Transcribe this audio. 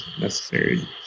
necessary